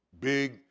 Big